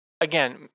Again